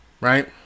Right